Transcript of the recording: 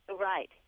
Right